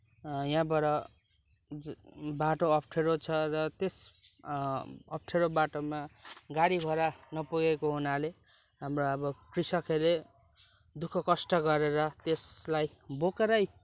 यहाँबाट चाहिँ बाटो अप्ठ्यारो छ र त्यस अप्ठ्यारो बाटोमा गाडी घोडा नपुगेको हुनाले हाम्रो अब कृषकहरूले दुःखकष्ट गरेर त्यसलाई बोकेरै